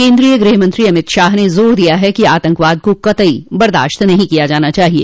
केन्द्रीय गृहमंत्री अमित शाह ने जोर दिया है कि आतंकवाद को कतई बर्दाश्त नहीं किया जाना चाहिए